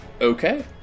Okay